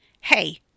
Hey